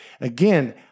Again